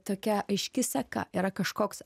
tokia aiški seka yra kažkoks